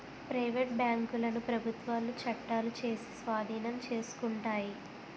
private బ్యాంకులను ప్రభుత్వాలు చట్టాలు చేసి స్వాధీనం చేసుకుంటాయి